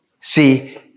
See